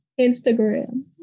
Instagram